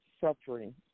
suffering